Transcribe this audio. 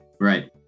Right